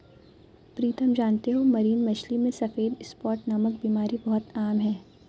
प्रीतम जानते हो मरीन मछली में सफेद स्पॉट नामक बीमारी बहुत आम है